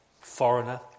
foreigner